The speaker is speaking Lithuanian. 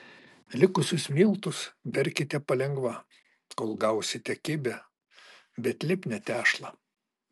likusius miltus berkite palengva kol gausite kibią bet lipnią tešlą